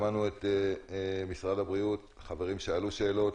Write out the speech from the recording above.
שמענו את משרד הבריאות והחברים שאלו שאלות.